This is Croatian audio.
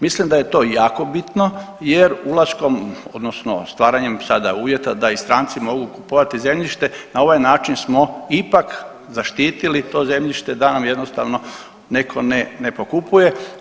Mislim da je to jako bitno jer ulaskom odnosno stvaranjem sada uvjeta da i stranci mogu kupovati zemljište na ovaj način smo ipak zaštitili to zemljište da nam jednostavno neko ne pokupuje.